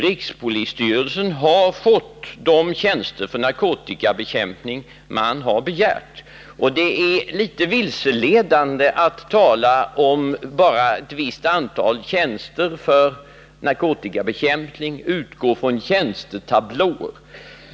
Rikspolisstyrelsen har fått de tjänster för narkotikabekämpning som den begärt. Och det är litet vilseledande att tala om bara ett visst antal tjänster för narkotikabekämpning utgående från tjänstetablåer.